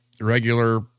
regular